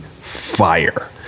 fire